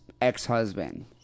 ex-husband